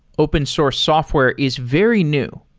open source software is very new.